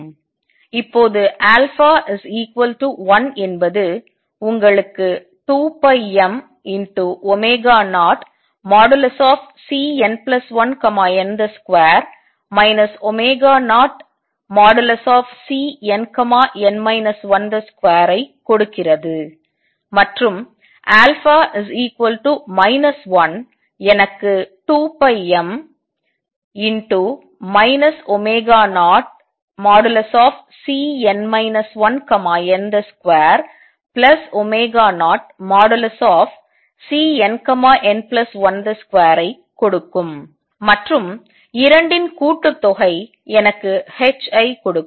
இப்போது 1 என்பது உங்களுக்கு 2πm0|Cn1n |2 0|Cnn 1 |2 ஐ கொடுக்கிறது மற்றும் α 1 எனக்கு 2πm 0Cn 1n |20Cnn1 |2 ஐ கொடுக்கும் மற்றும் 2 இன் கூட்டுதொகை எனக்கு h ஐ கொடுக்கும்